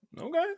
Okay